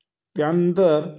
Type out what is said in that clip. त्यानंतर